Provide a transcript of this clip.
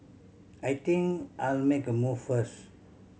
I think I'll make a move first